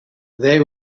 they